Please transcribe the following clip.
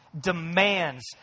demands